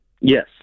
Yes